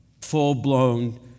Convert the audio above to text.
full-blown